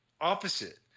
opposite